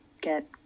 get